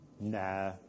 nah